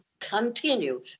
continue